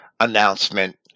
announcement